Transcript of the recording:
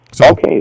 okay